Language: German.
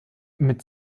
mit